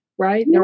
right